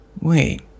Wait